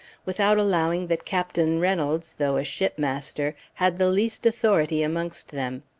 without allow ing that captain reynolds, though a shipmaster, had the least authority amongst them.